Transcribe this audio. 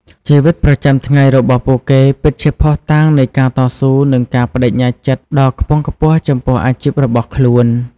ជីវិតប្រចាំថ្ងៃរបស់ពួកគេពិតជាភស្តុតាងនៃការតស៊ូនិងការប្តេជ្ញាចិត្តដ៏ខ្ពង់ខ្ពស់ចំពោះអាជីពរបស់ខ្លួន។